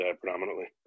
predominantly